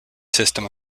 system